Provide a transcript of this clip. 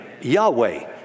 Yahweh